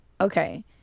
okay